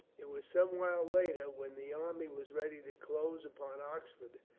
it was some while later, when the army was ready to close upon oxford,